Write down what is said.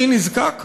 הכי נזקק,